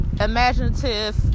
imaginative